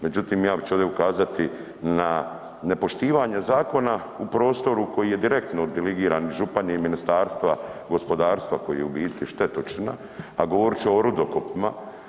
Međutim, ja ću ovdje ukazati na nepoštivanje zakona u prostoru koji je direktno diligiran župan iz Ministarstva gospodarstva koji je u biti štetočina, a govorit ću o rudokopima.